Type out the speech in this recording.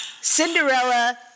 Cinderella